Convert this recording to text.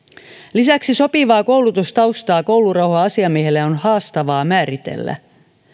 lisäksi sopivaa koulutustaustaa koulurauha asiamiehelle on haastavaa määritellä